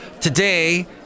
Today